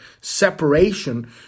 separation